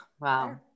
Wow